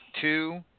two